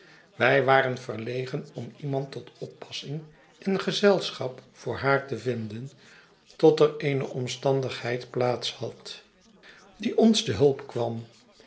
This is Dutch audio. wij waren verlegen om iemand tot oppassing en gezelschap voor haar te vinden tot er eene omstandirheid plaats had die ons tehulpkwam